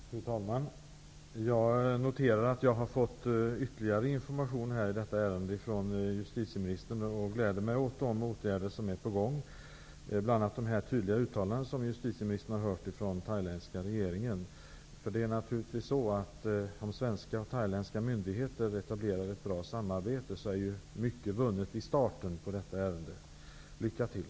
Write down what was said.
Fru talman! Jag noterar att jag från justitieministern har fått ytterligare information i detta ärende, och jag glädjer mig åt de åtgärder som är på gång, bl.a. de tydliga uttalanden som justitieministern har hört från den thailändska regeringen. Om svenska och thailändska myndigheter etablerar ett bra samarbete är naturligtvis mycket vunnet i starten av detta arbete. Lycka till!